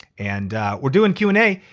and we're doing q and a.